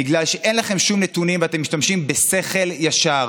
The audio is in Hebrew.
בגלל שאין לכם שום נתונים ואתם משתמשים בשכל ישר.